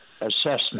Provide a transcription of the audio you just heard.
assessment